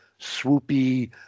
swoopy